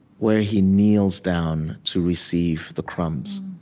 where he kneels down to receive the crumbs?